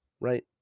right